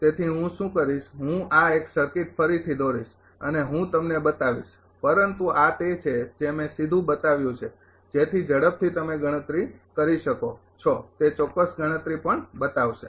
તેથી હું શું કરીશ હું આ એક સર્કિટ ફરીથી દોરીશ અને હું તમને બતાવીશ પરંતુ આ તે છે જે મેં સીધું બતાવ્યું છે જેથી ઝડપથી તમે ગણતરી કરી શકો છો તે ચોક્કસ ગણતરી પણ બતાવશે